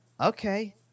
okay